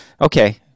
Okay